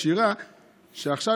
של עכשיו,